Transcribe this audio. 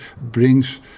brings